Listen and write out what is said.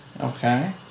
Okay